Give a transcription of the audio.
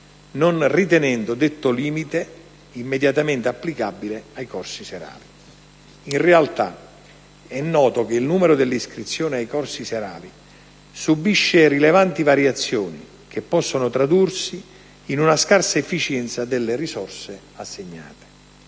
non ritenendo detto limite immediatamente applicabile ai corsi serali. In realtà, è noto che il numero delle iscrizioni ai corsi serali subisce rilevanti variazioni che possono tradursi in una scarsa efficienza delle risorse assegnate.